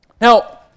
Now